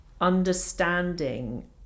understanding